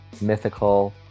mythical